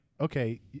okay